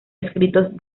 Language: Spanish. escritos